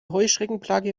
heuschreckenplage